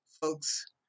folks